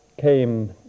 came